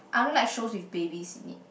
I don't like shows with babies in it